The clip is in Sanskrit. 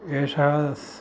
एषः स्